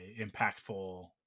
impactful